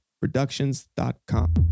Productions.com